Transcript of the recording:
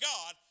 God